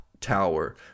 tower